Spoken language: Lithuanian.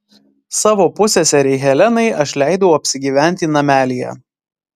savo pusseserei helenai aš leidau apsigyventi namelyje